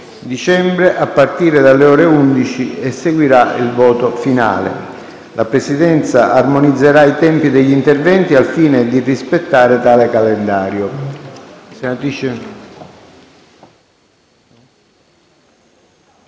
dicembre, a partire dalle ore 11, e seguirà il voto finale. La Presidenza armonizzerà i tempi degli interventi al fine di rispettare tale calendario.